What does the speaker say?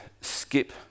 skip